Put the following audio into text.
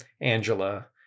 Angela